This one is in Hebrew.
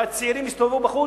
והצעירים הסתובבו בחוץ,